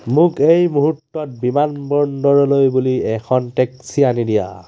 মোক এই মুহূৰ্তত বিমানবন্দৰলৈ বুলি এখন টেক্সী আনি দিয়া